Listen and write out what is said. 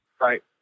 Right